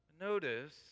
Notice